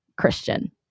Christian